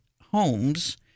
Homes